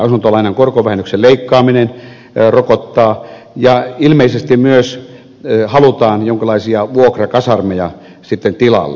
asuntolainan korkovähennyksen leikkaaminen rokottaa ja ilmeisesti myös halutaan jonkinlaisia vuokrakasarmeja sitten tilalle